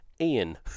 Ian